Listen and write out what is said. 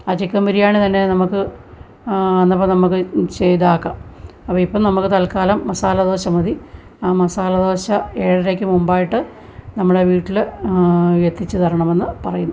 ആ ചിക്കൻ ബിരിയാണിതന്നെ നമുക്ക് ഇന്നിപ്പം നമുക്ക് ചെയ്താക്കാം അപ്പോൾ ഇപ്പം നമുക്ക് തത്ക്കാലം മസാലദോശ മതി ആ മസാലദോശ ഏഴരയ്ക്ക് മുമ്പായിട്ട് നമ്മളുടെ വീട്ടിൽ എത്തിച്ചു തരണമെന്നു പറയുന്നു